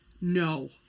no